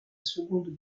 seconde